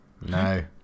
No